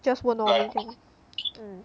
just 问 lor 明天 mm